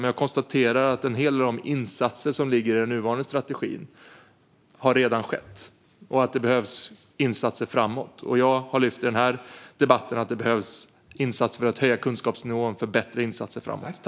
Men jag konstaterar att en hel del av de insatser som ligger i den nuvarande strategin redan har genomförts och att det behövs insatser framåt. I den här debatten har jag lyft fram att det behövs insatser för att höja kunskapsnivån för bättre insatser framåt.